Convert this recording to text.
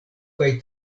kaj